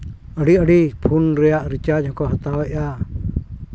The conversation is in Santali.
ᱟᱹᱰᱤ ᱟᱹᱰᱤ ᱯᱷᱳᱱ ᱨᱮᱭᱟᱜ ᱨᱤᱪᱟᱨᱡᱽ ᱦᱚᱸᱠᱚ ᱦᱛᱟᱣᱮᱜᱼᱟ